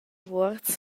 vuorz